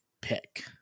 pick